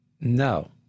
No